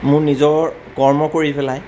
মোৰ নিজৰ কৰ্ম কৰি পেলাই